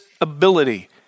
ability